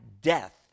death